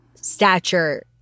stature